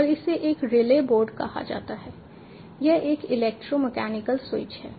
और इसे एक रिले बोर्ड कहा जाता है यह एक इलेक्ट्रो मैकेनिकल स्विच है